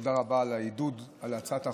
תודה רבה על העידוד על הצעת החוק.